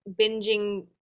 binging